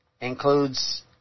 Includes